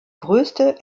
größte